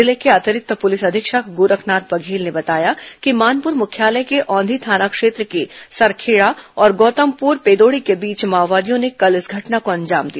जिले के अतिरिक्त पूलिस अधीक्षक गोरखनाथ बघेल ने बताया कि मानपूर मुख्यालय के औंधी थाना क्षेत्र के सरखेड़ा और गौतमपुर पेदोड़ी के बीच माओवादियों ने कल इस घटना को अंजाम दिया